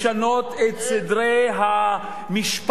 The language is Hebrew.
לשנות את סדרי המשפט,